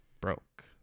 broke